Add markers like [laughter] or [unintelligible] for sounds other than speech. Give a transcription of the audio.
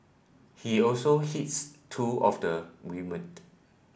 he also hits two of the women [unintelligible]